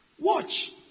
Watch